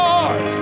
Lord